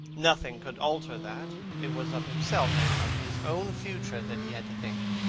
nothing could alter that. it was of himself, and of his own future, that he had to think.